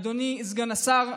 אדוני סגן השר,